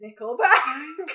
Nickelback